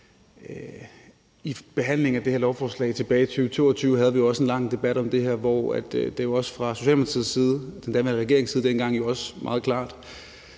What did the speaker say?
behandlingen af det her lovforslag tilbage i 2022 havde vi også en lang debat om det her, hvor det jo også dengang fra Socialdemokratiets side, den daværende regerings side, meget klart